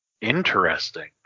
Interesting